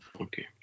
Okay